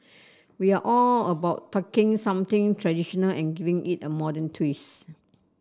we are all about talking something traditional and giving it a modern twist